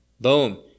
boom